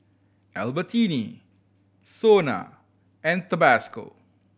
Albertini SONA and Tabasco